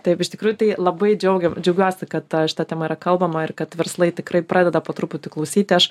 taip iš tikrųjų tai labai džiaugiam džiaugiuosi kad šita tema yra kalbama ir kad verslai tikrai pradeda po truputį klausyti aš